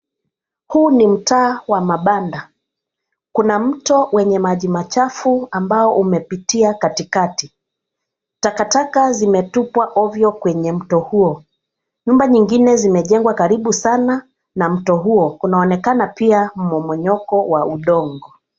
Huu ni mtaa wa mabanda, kuna mto wenye maji machafu ambao umepitia katikati. Takataka zimetupwa ovyo kwenye mto huo. Nyumba zingine zimejengwa karibu sana na mto huo. Panaonekana pia mmomonyoko wa udongo.